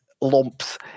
lumps